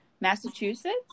Massachusetts